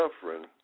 suffering